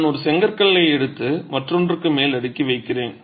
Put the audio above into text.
நான் ஒரு செங்கற்களை எடுத்தால் மற்றொன்றுக்கு மேல் அடுக்கி வைக்கிறேன்